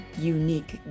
unique